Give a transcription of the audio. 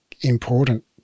important